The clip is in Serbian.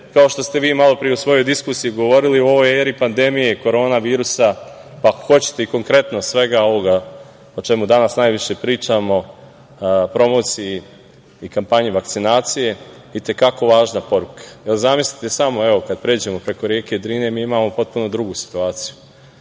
kao što ste vi malopre u svojoj diskusiji govorili, u ovoj eri pandemije i korona virusa, pa ako hoćete konkretno svega ovoga o čemu danas najviše pričamo, promocija i kampanja vakcinacije i te kako važne poruke. Zamislite samo, evo, kada pređemo preko reke Drine, mi imamo potpuno drugu situaciju.